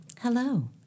Hello